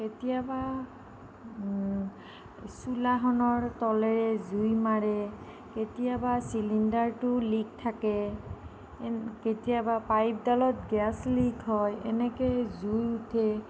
কেতিয়াবা চোলাখনৰ তলেৰে জুই মাৰে কেতিয়াবা চিলিণ্ডাৰটো লিক থাকে কেতিয়াবা পাইপদালত গেছ লিক হয় এনেকৈ জুই উঠে